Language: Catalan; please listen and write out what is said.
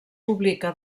publica